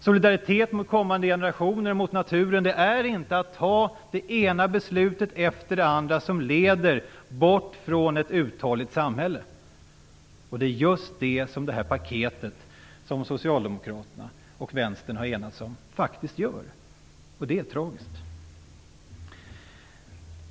Solidaritet mot kommande generationer och mot naturen är inte att fatta det ena beslutet efter det andra som leder bort från ett uthålligt samhälle. Men det är just det som det paket som Socialdemokraterna och Vänstern har enats om gör, och det är tragiskt.